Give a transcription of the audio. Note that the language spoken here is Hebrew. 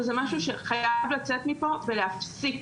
וזה משהו שחייב לצאת מפה ולהפסיק.